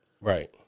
Right